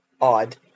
odd